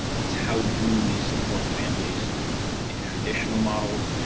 it's how do we support families in traditional models? and